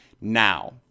now